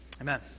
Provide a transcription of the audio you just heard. Amen